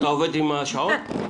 אתה עובד עם השעון?